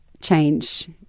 change